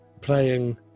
playing